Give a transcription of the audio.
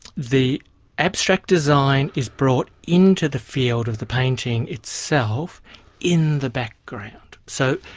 the abstract design is brought into the field of the painting itself in the background. so,